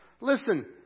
listen